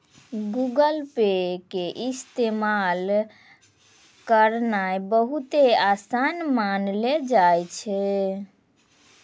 Google Pay के इस्तेमाल करनाय बहुते असान मानलो जाय छै